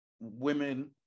women